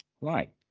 Right